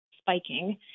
spiking